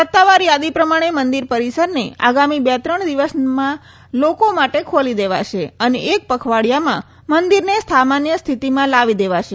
સત્તાવાર યાદી પ્રમાણે મંદિર પરિસરને આગામી બે ત્રણ દિવસમાં લોકો માટે ખોલી દેવાશે અને એક પખવાડિયામાં મંદિરને સામાન્ય સ્થિતિમાં લાવી દેવાશે